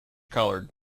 coloured